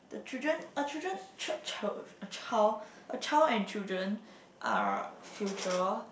the children a children ch~ ch~ a child a child and children are future